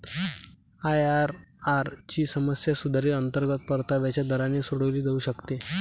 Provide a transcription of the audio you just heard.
IRR ची समस्या सुधारित अंतर्गत परताव्याच्या दराने सोडवली जाऊ शकते